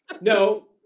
No